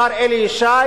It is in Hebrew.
השר אלי ישי